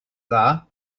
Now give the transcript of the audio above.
dda